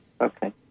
okay